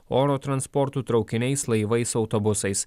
oro transportu traukiniais laivais autobusais